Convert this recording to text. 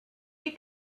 you